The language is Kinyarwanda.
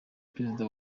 prezida